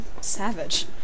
savage